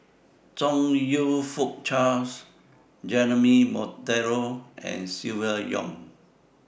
Chong YOU Fook Charles Jeremy Monteiro and Silvia Yong